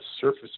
Surface